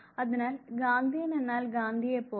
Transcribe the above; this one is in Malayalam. അതിനാൽ ഗാന്ധിയൻ എന്നാൽ ഗാന്ധിയെ പോലെ